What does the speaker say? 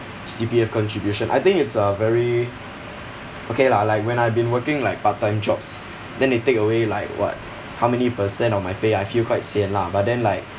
C_P_F contribution I think it's a very okay lah like when I've been working like part time jobs then they take away like what how many percent of my pay I feel quite sien lah but then like